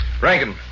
Rankin